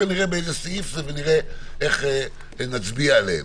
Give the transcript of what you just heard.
נראה באיזה סעיף זה ונראה איך נצביע עליהם.